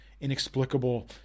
inexplicable